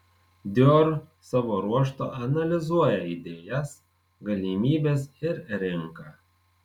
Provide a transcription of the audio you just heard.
dior savo ruožtu analizuoja idėjas galimybes ir rinką